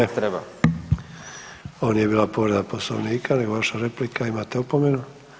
Ovo nije bila povreda Poslovnika nego vaša replika, imate opomenu.